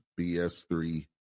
BS3